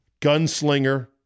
gunslinger